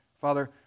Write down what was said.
Father